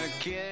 again